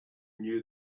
knew